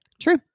True